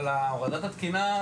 אבל לגבי הורדת התקינה,